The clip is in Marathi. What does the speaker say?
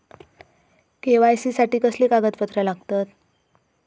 के.वाय.सी साठी कसली कागदपत्र लागतत?